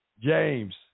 James